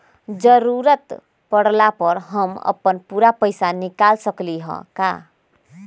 जरूरत परला पर हम अपन पूरा पैसा निकाल सकली ह का?